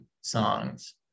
songs